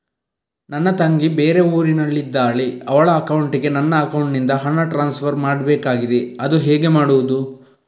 ನನ್ನ ತಂಗಿ ಬೇರೆ ಊರಿನಲ್ಲಿದಾಳೆ, ಅವಳ ಅಕೌಂಟಿಗೆ ನನ್ನ ಅಕೌಂಟಿನಿಂದ ಹಣ ಟ್ರಾನ್ಸ್ಫರ್ ಮಾಡ್ಬೇಕಾಗಿದೆ, ಅದು ಹೇಗೆ ಮಾಡುವುದು?